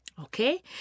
okay